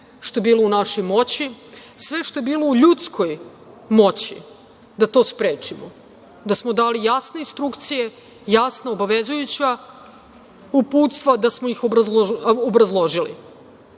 što je bio u našoj moći, sve što je bilo u ljudskoj moći da to sprečimo, da smo dali jasne instrukcije, jasna obavezujuća uputstva, da smo ih obrazložili.